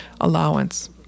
allowance